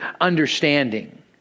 understanding